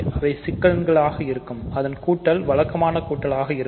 அவை சிக்கலெண்களாக இருக்கும் அதன் கூட்டல் வழக்கமான கூட்டலாக இருக்கும்